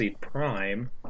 Prime